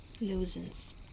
loosens